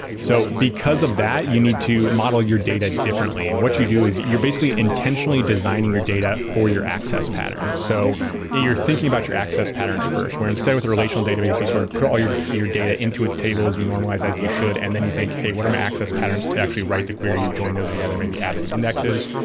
so because of that, you need to model your data differently, and what you do is you're basically intentionally designing your data for your access patterns. so you're you're thinking about your access patterns, where instead with a relational databases, you sort of put all your your data into its tables. you normalize as you should, and then you think, hey, what are my access patterns to actually write the query? join those or the other? maybe add some indexes?